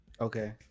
Okay